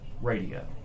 radio